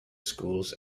schools